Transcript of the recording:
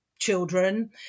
Children